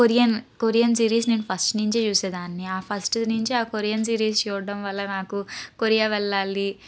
Korean Korean series నేను first నుంచి చూసేదాన్ని ఆ ఫస్ట్ నుంచి ఆ కొరియర్ సిరీస్ చూడటం వలన నాకు కొరియా వెళ్ళాలి